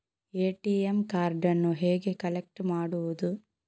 ATM ಕಾರ್ಡನ್ನು ಹೇಗೆ collect ಮಾಡುವುದು?